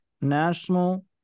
national